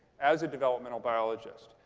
as a developmental biologist.